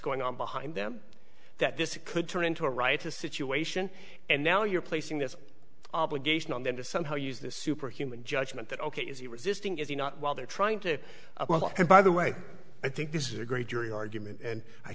going on behind them that this could turn into a riotous situation and now you're placing this obligation on them to somehow use this superhuman judgment that ok is he resisting is he not while they're trying to and by the way i think this is a great jury argument and i